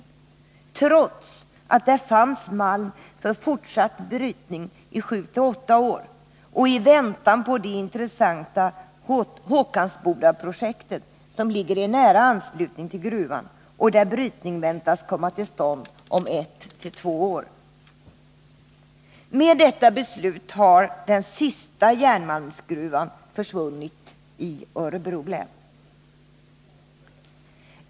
Beslutet om nedläggning fattades trots att det i Stråssa fanns malm för fortsatt brytning i sju till åtta år och att man fortfarande väntar på det intressanta Håkansbodaprojektet, som ligger i nära anslutning till gruvan och där brytning väntas komma till stånd om ett till två år. Med detta beslut har den sista järnmalmsgruvan i Örebro län försvunnit.